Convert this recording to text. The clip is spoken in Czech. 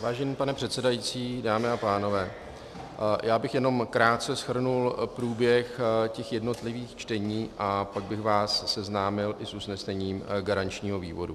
Vážený pane předsedající, dámy a pánové, já bych jenom krátce shrnul průběh těch jednotlivých čtení a pak bych vás seznámil i s usnesením garančního výboru.